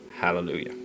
Hallelujah